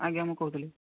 ଆଜ୍ଞା ମୁଁ କହୁଥିଲି